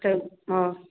हँ